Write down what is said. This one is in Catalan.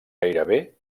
gairebé